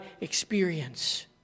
experience